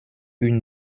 une